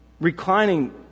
reclining